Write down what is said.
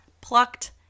plucked